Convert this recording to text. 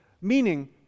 meaning